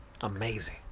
Amazing